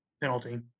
penalty